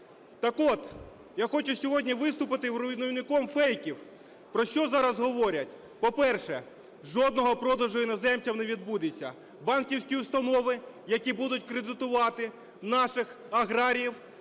Так от я хочу сьогодні виступити руйнівником фейків, про що зараз говорять. По-перше, жодного продажу іноземцям не відбудеться. Банківські установи, які будуть кредитувати наших аграріїв,